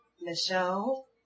Michelle